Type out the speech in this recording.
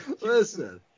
Listen